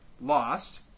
Lost